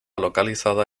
localizada